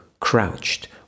crouched